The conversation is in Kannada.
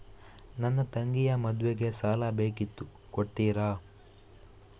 ನನ್ನ ತಂಗಿಯ ಮದ್ವೆಗೆ ಸಾಲ ಬೇಕಿತ್ತು ಕೊಡ್ತೀರಾ?